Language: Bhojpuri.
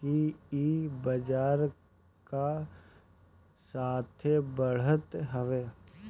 कि ई बजार कअ साथे बढ़त हवे